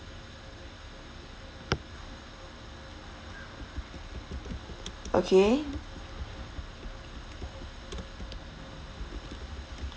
okay